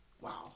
Wow